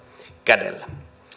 kädellä